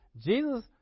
Jesus